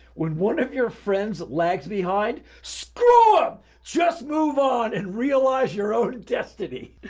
when one of your friends lags behind, screw'em! just move on and realize your own destiny.